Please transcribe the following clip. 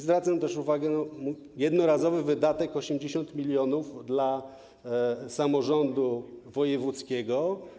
Zwracam też uwagę, że jednorazowy wydatek 80 mln dla samorządu wojewódzkiego.